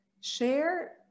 Share